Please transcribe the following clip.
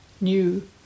new